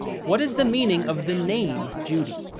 what is the meaning of the name judy?